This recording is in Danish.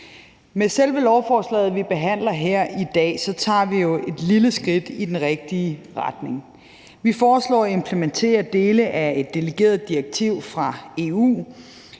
Med selve lovforslaget, vi behandler her i dag, så tager vi jo et lille skridt i den rigtige retning. Vi foreslår at implementere dele af et delegeret direktiv fra EU.